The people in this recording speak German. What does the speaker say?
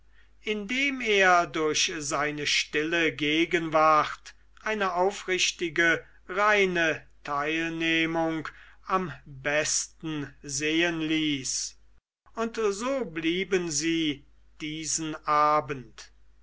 indem er durch seine stille gegenwart eine aufrichtige reine teilnehmung am besten sehen ließ und so blieben sie diesen abend